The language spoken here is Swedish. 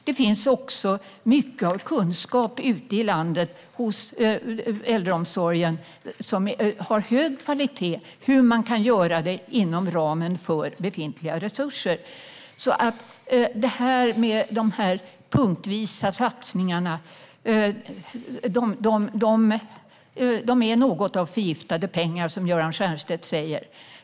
Det finns också mycket av kunskap ute i äldreomsorgen i landet om hur man kan få hög kvalitet inom ramen för befintliga resurser. De punktvisa satsningarna är alltså något av förgiftade pengar, som Göran Stiernstedt säger.